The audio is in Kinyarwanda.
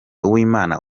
uwimana